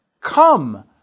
Come